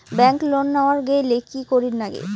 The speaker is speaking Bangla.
ব্যাংক লোন নেওয়ার গেইলে কি করীর নাগে?